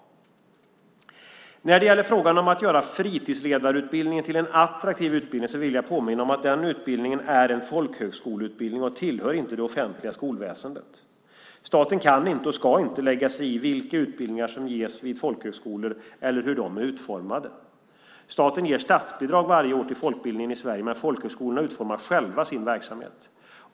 När det gäller frågan om att göra fritidsledarutbildningen till en attraktiv utbildning så vill jag påminna om att den utbildningen är en folkhögskoleutbildning. Den tillhör inte det offentliga skolväsendet. Staten kan inte och ska inte lägga sig i vilka utbildningar som ges vid folkhögskolor eller hur de är utformade. Staten ger statsbidrag varje år till folkbildningen i Sverige, men folkhögskolorna utformar själva sin verksamhet.